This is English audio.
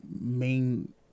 main